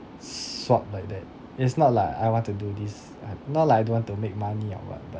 swap like that it's not like I want to do this h~ not like I don't want to make money or what but